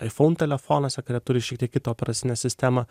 iphone telefonuose kurie turi šiek tiek kitą operacinę sistemą